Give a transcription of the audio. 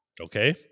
Okay